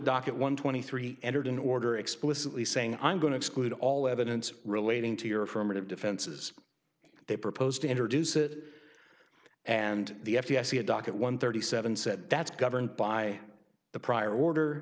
docket one twenty three entered an order explicitly saying i'm going to exclude all evidence relating to your affirmative defenses they proposed to introduce it and the f u s e a dock at one thirty seven said that's governed by the prior order